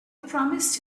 promised